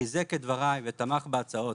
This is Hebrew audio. חיזק את דבריי ותמך בהצעות.